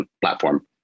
platform